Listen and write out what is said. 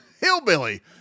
hillbilly